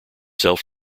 self